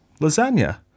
lasagna